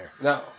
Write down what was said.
No